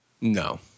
No